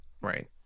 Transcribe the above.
Right